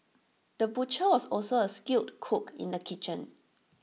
the butcher was also A skilled cook in the kitchen